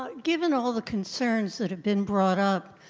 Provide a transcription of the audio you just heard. ah given all the concerns that have been brought up,